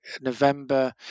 November